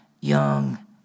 young